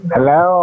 Hello